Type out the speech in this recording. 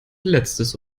letztes